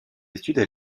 études